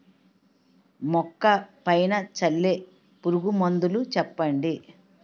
మొక్క పైన చల్లే పురుగు మందులు చెప్పండి?